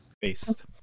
Based